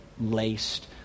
laced